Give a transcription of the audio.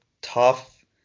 tough